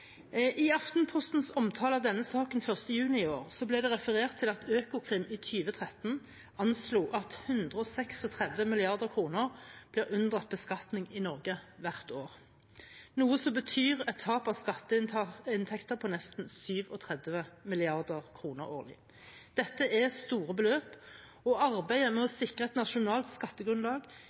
i 2018. I Aftenpostens omtale av denne saken 1. juni i år ble det referert til at Økokrim i 2013 anslo at 136 mrd. kr blir unndratt beskatning i Norge hvert år, noe som betyr et tap av skatteinntekter på nesten 37 mrd. kr årlig. Dette er store beløp, og arbeidet med å sikre et nasjonalt skattegrunnlag